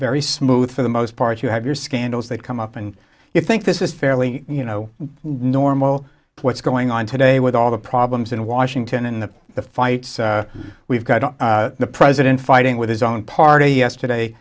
very smooth for the most part you have your scandals that come up and you think this is fairly you know normal what's going on today with all the problems in washington in the the fights we've got the president fighting with his own party yesterday